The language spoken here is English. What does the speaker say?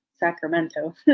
Sacramento